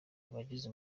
abagize